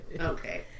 Okay